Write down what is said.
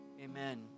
amen